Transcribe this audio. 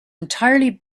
entirely